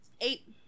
Eight